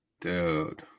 Dude